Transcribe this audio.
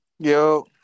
Yo